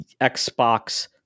Xbox